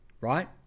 right